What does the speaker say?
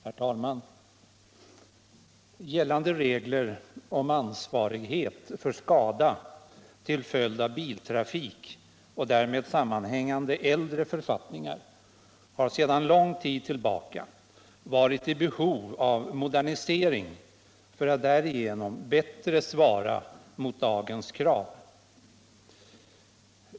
Herr talman! Gällande regler om ansvarighet för skada till följd av biltrafik och därmed sammanhängande äldre författningar har sedan lång tid tillbaka varit i behov av modernisering för att därigenom bättre svara mot dagens krav.